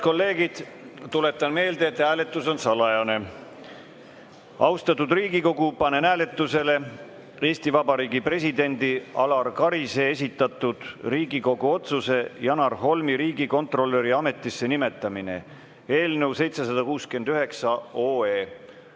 tuletan meelde, et hääletus on salajane. Austatud Riigikogu, panen hääletusele Eesti Vabariigi presidendi Alar Karise esitatud Riigikogu otsuse "Janar Holmi riigikontrolöri ametisse nimetamine" eelnõu 769.